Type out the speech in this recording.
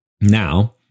Now